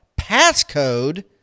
Passcode